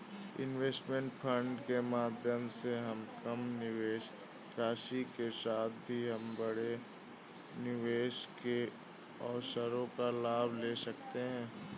investment fund के माध्यम से हम कम निवेश राशि के साथ भी हम बड़े निवेश के अवसरों का लाभ ले सकते हैं